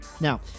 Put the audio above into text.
Now